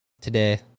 today